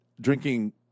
drinking